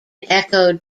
echoed